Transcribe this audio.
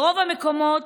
ברוב המקומות